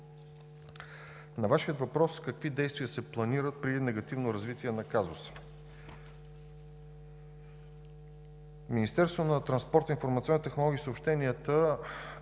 На Вашия въпрос: какви действия се планират при негативно развитие на казуса? Министерството на транспорта, информационните технологии и съобщенията,